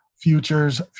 Futures